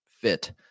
fit